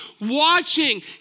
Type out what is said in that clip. watching